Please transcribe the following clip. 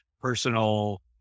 personal